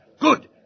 Good